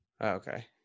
Okay